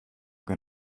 que